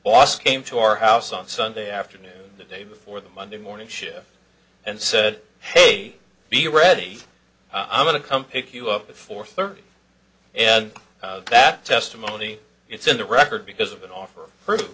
boss came to our house on sunday afternoon the day before the monday morning shift and said hey be ready i'm going to come pick you up at four thirty and that testimony it's in the record because of that offer